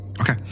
Okay